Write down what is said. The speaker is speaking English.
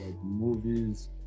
movies